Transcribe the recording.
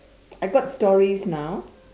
I got stories now